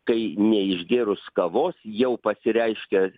kai neišgėrus kavos jau pasireiškia